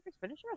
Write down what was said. finisher